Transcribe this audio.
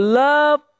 love